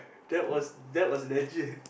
that was that was legit